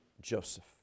Joseph